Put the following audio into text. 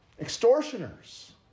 extortioners